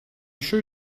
sure